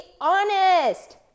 honest